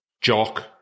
jock